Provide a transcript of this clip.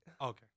Okay